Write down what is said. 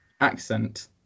accent